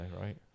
right